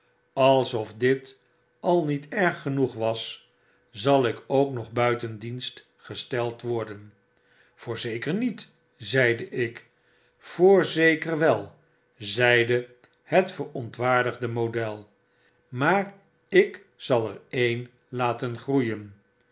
alsof dit al niet erg genoeg was zal ik ook nog buiten dienst gesteld worden i voorzeker niet zei ik voorzeker wel zeide het verontwaardigde model maar ik zal er een laten groeien